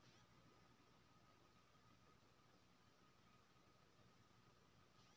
खेती में रसायन के उपयोग करला के तुलना में जैविक खेती के प्राथमिकता दैल जाय हय